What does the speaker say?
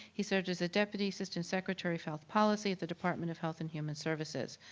he served as the deputy assistant secretary for health policy at the department of health and human services.